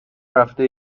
رفته